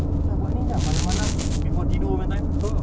kita buat ni lah malam-malam before tidur punya time